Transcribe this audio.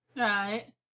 Right